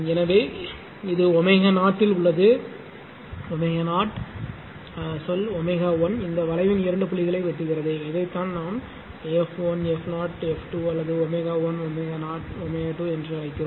எனவே இது ω இல் உள்ளது ω0சொல் ω 1 இந்த வளைவின் இரண்டு புள்ளிகளை வெட்டுகிறது இதைத்தான் நாம் f 1 f 0 f 2 அல்லது ω 1 ω0 ω2 என்று அழைக்கிறோம்